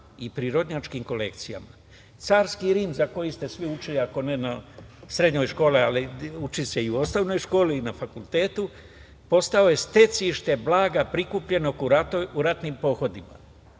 i prirodnjačkim kolekcijama. Carski Rim za koji ste svi učili ako ne u srednjoj školi, uči se i u osnovnoj školi i na fakultetu, postao je stecište blaga prikupljenog u ratnim pohodima.